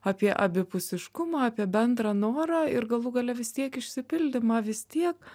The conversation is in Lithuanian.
apie abipusiškumą apie bendrą norą ir galų gale vis tiek išsipildymą vis tiek